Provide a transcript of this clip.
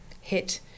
hit